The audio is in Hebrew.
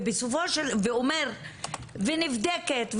ונבדקת,